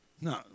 No